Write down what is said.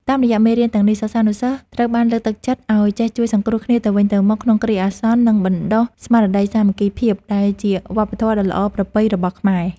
តាមរយៈមេរៀនទាំងនេះ សិស្សានុសិស្សត្រូវបានលើកទឹកចិត្តឱ្យចេះជួយសង្គ្រោះគ្នាទៅវិញទៅមកក្នុងគ្រាអាសន្ន និងបណ្ដុះស្មារតីសាមគ្គីភាពដែលជាវប្បធម៌ដ៏ល្អប្រពៃរបស់ខ្មែរ។